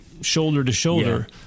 shoulder-to-shoulder